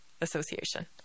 Association